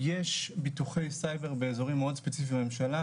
יש ביטוחי סייבר באזורים מאוד ספציפיים בממשלה,